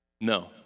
No